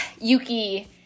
Yuki